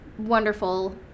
Wonderful